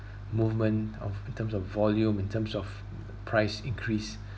movement of in terms of volume in terms of price increase